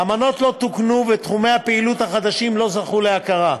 האמנות לא תוקנו ותחומי הפעילות החדשים לא זכו להכרה.